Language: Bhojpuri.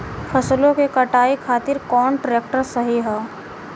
फसलों के कटाई खातिर कौन ट्रैक्टर सही ह?